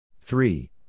Three